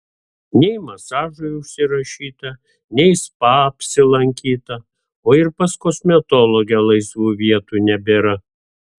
nei masažui užsirašyta nei spa apsilankyta o ir pas kosmetologę laisvų vietų nebėra